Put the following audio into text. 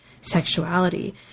sexuality